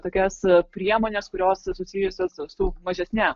tokias priemones kurios susijusios su mažesne